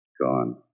Gone